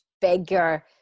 bigger